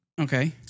Okay